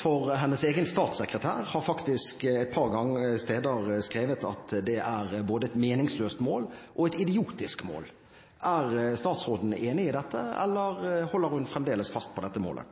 for hennes egen statssekretær har faktisk et par steder skrevet at det er både et meningsløst mål og et idiotisk mål. Er statsråden enig i dette, eller holder hun fremdeles fast på dette målet?